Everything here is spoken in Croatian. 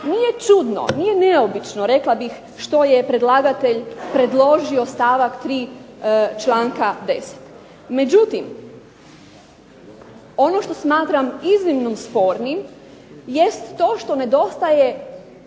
nije čudno, nije neobično rekla bih što je predlagatelj predložio stavak 3. članka 10. Međutim, ono što smatram iznimno spornim jest to što ne dostaje